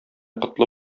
котлы